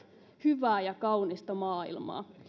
hyvää ja kaunista maailmaa